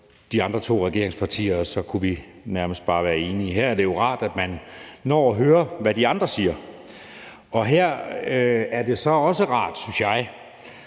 de andre to regeringspartier, og så kunne vi nærmest bare være enige. Her er det jo rart, at man når at høre, hvad de andre siger. Her er det så også rart, synes jeg,